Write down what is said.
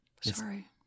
Sorry